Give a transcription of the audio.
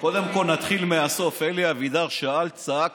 אני טיפ-טיפה